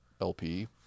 LP